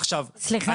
עכשיו אני --- סליחה,